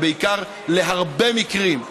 ובעיקר להרבה מקרים,